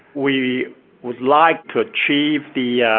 we would like to achieve the yeah